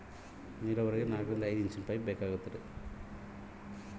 ನೇರಾವರಿಗೆ ಎಷ್ಟು ಇಂಚಿನ ಪೈಪ್ ಬೇಕಾಗುತ್ತದೆ?